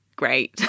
Great